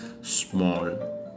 small